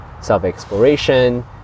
self-exploration